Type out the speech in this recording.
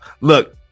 Look